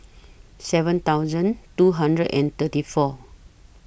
seven thousand two hundred and thirty four